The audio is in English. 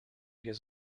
this